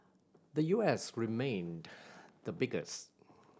the U S remained the biggest